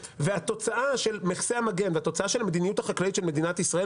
והתוצאה של מכסי המגן והתוצאה של המדיניות החקלאית לש מדינת ישראל,